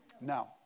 No